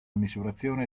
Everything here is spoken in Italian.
misurazione